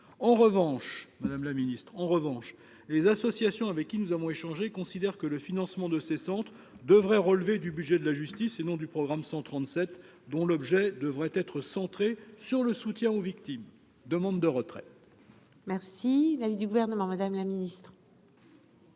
en revanche, Madame la Ministre, en revanche, les associations, avec qui nous avons échangé considère que le financement de ces centres devraient relever du budget de la justice et non du programme 137 dont l'objet devrait être centré sur le soutien aux victimes demande de retraite. Merci la eu du gouvernement, Madame la Ministre.